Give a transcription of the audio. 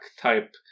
type